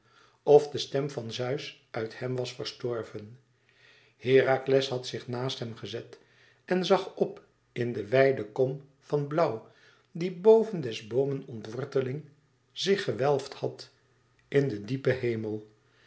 of de stem van zeus uit hem was verstorven herakles had zich naast hem gezet en zag p in de wijde kom van blauw die boven des boomen ontworteling zich gewelfd had in den diepen hemel